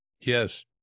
Yes